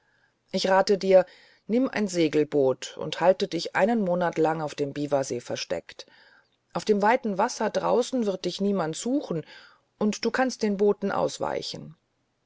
ich rate dir nimm ein segelboot und halte dich einen monat lang auf dem biwasee versteckt auf dem weiten wasser draußen wird dich niemand suchen und du kannst den booten ausweichen